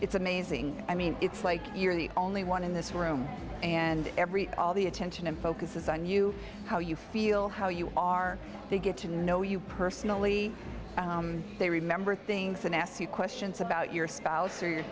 it's amazing i mean it's like you're the only one in this room and every all the attention and focus is on you how you feel how you are they get to know you personally they remember things and ask you questions about your spouse or your